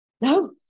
No